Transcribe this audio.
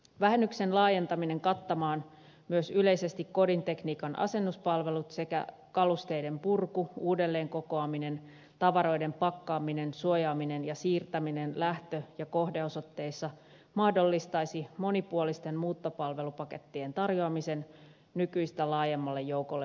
vähennyksen laajentaminen kattamaan myös yleisesti kodintekniikan asennuspalvelut sekä kalusteiden purku uudelleenkokoaminen tavaroiden pakkaaminen suojaaminen ja siirtäminen lähtö ja kohdeosoitteissa mahdollistaisi monipuolisten muuttopalvelupakettien tarjoamisen nykyistä laajemmalle joukolle muuttajia